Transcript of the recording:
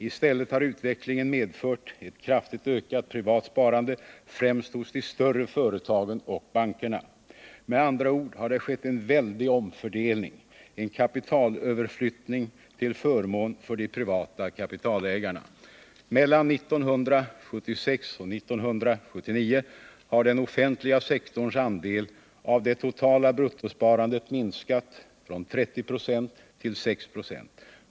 I stället har utvecklingen medfört ett kraftigt ökat privat sparande, främst hos de större företagen och bankerna. Med andra ord har det skett en väldig omfördelning, en kapitalöverföring till förmån för de privata kapitalägarna. Mellan 1976 och 1979 har den offentliga sektorns andel av det totala bruttosparandet minskat från 30 till 6 26.